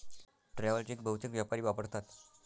travel cheque बहुतेक व्यापारी वापरतात